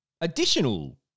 additional